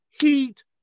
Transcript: heat